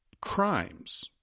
crimes